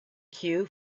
cue